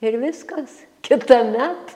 ir viskas kitamet